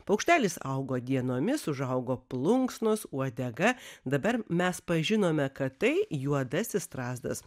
paukštelis augo dienomis užaugo plunksnos uodega dabar mes pažinome kad tai juodasis strazdas